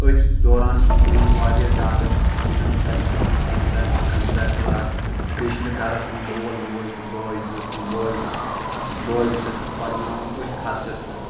أتھۍ دوران چھُس بہٕ وۄنۍ واریاہ زیادٕ محنَت کَران تہٕ بہٕ چھُس کَنٹرٛاے اَکھ کَنٹرٛٮ۪کٹَر اَکھ بیٚیہِ چھِ مےٚ گَرَس منٛز مول موج تہٕ بٲے زٕ یِم بٲے بٲے زٕ چھُ سَکھ بہٕ پَرناوان أتھۍ خرچَس پٮ۪ٹھ